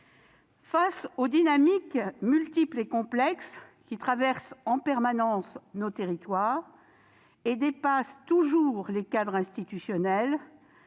Face aux dynamiques, multiples et complexes, qui traversent en permanence nos territoires et dépassent toujours les cadres institutionnels,